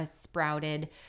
sprouted